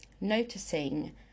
noticing